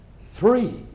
three